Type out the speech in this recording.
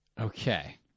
Okay